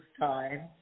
time